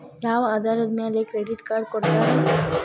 ಯಾವ ಆಧಾರದ ಮ್ಯಾಲೆ ಕ್ರೆಡಿಟ್ ಕಾರ್ಡ್ ಕೊಡ್ತಾರ?